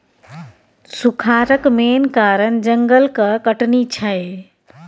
सुखारक मेन कारण जंगलक कटनी छै